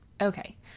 Okay